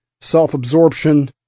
self-absorption